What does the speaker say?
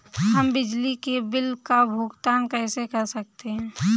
हम बिजली के बिल का भुगतान कैसे कर सकते हैं?